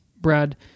Brad